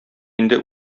инде